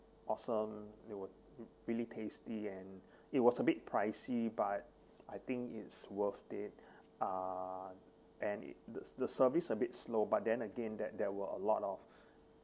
awesome it was really tasty and it was a bit pricey but I think is worth it uh and the the service a bit slow but then again that there were a lot of